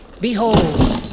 Behold